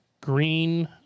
green